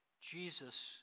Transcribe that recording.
Jesus